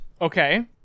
Okay